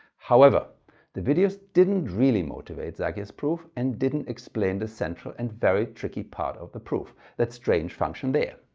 however the videos didn't really motivates zagier's proof and didn't explain the central and very tricky part of the proof that strange function there.